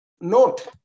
note